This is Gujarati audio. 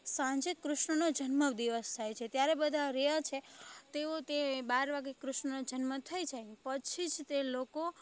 સાંજે કૃષ્ણનો જન્મ દિવસ થાય છે ત્યારે બધા રહ્યાં છે તેઓ તે બાર વાગે કૃષ્ણ જન્મ થઈ જાય પછી જ તે લોકો